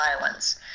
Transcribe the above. violence